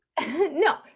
no